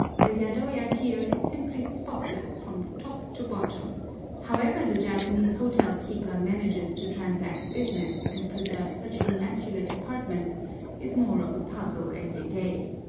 the yadoya here is simply spotless from top to bottom however the japanese hotel-keeper manages to transact business and preserve such immaculate apartments is more of a puzzle every day.